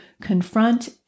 confront